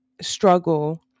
struggle